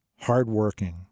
hardworking